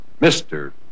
Mr